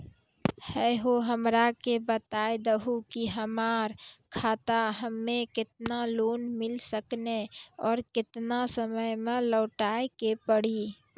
है हो हमरा के बता दहु की हमार खाता हम्मे केतना लोन मिल सकने और केतना समय मैं लौटाए के पड़ी?